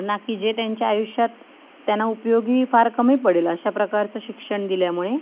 ना की जे त्यांच्या आयुष्यात त्यांना उपयोगी फार कमी पडेल अशा प्रकारचं शिक्षण दिल्यामुळे